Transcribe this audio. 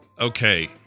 Okay